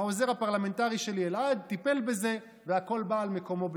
העוזר הפרלמנטרי שלי אלעד טיפל בזה והכול בא על מקומו בשלום.